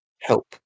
Help